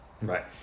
Right